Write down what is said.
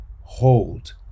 Hold